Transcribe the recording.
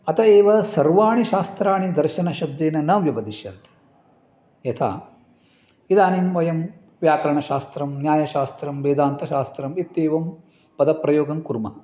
अत एव सर्वाणि शास्त्राणि दर्शनश्ब्देन न व्यपदिश्यन्ते यथा इदानीं वयं व्याकरणशास्त्रं न्यायशास्त्रं वेदान्तशास्त्रम् इत्येवं पदप्रयोगं कुर्मः